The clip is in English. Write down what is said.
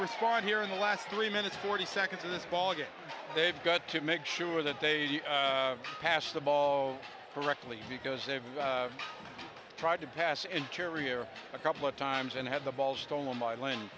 respond here in the last three minutes forty seconds of this ballgame they've got to make sure that they pass the ball correctly because they've tried to pass and carry here a couple of times and had the